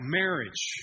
marriage